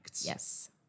Yes